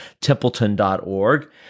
templeton.org